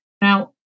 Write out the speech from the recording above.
now